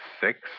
six